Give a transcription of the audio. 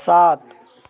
सात